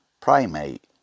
primate